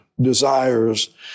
desires